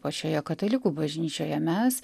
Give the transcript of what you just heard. pačioje katalikų bažnyčioje mes